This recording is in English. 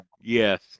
Yes